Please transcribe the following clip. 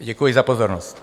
Děkuji za pozornost.